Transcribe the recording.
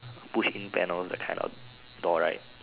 push in panel that kind of door right